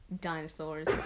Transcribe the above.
dinosaurs